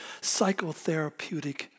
psychotherapeutic